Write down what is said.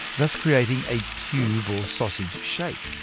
thus creating a tube or sausage shape.